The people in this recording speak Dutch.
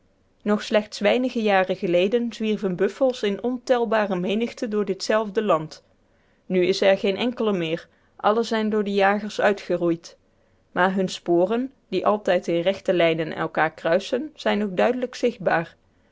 nog slechts weinige jaren geleden zwierven buffels in ontelbare menigte door ditzelfde land nu is er geen enkele meer alle zijn door de jagers uitgeroeid maar hunne sporen die altijd in rechte lijnen elkaar kruisen zijn nog duidelijk zichtbaar